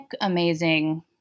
amazing